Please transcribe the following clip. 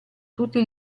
tutti